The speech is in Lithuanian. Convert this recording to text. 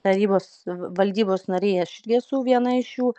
tarybos valdybos nariai aš irgi esu viena iš jų